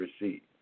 receipt